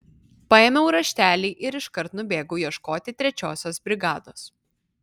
paėmiau raštelį ir iškart nubėgau ieškoti trečiosios brigados